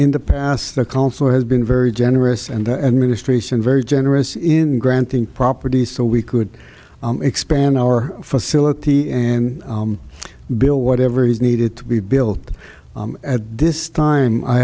in the past the council has been very generous and the administration very generous in granting properties so we could expand our facility and build whatever is needed to be built at this time i